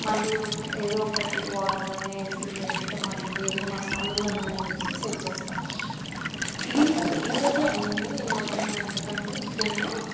మళ్ళీ ఏదోకటి వాటర్ అన్నా వేసి మళ్ళీ వేరే మసాలాలన్నా వేసి సెట్ చేస్తా ఈ రోజే ఈ రోజే అయ్యింది నేను వండిన వంటకంలో చికెన్లో